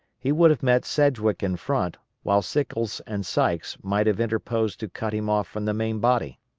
he would have met sedgwick in front, while sickles and sykes might have interposed to cut him off from the main body.